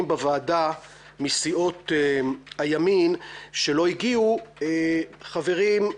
בוועדה מסיעות הימין שלא הגיעו: חברים,